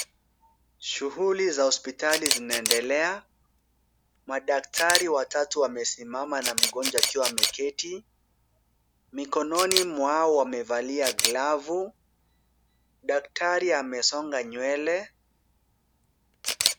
Shughuli za hospitali zinaendelea. Madaktari watatu wamesimama na mgonjwa akiwa ameketi. Mikononi mwao wamevalia glavu. Daktari amesonga nywele.